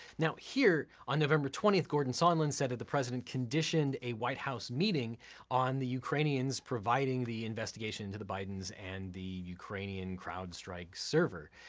now here, on november twentieth, gordon sondland said that the president conditioned a white house meeting on the ukrainians providing the investigation into the bidens and the ukrainian crowd strike server,